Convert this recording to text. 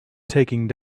taking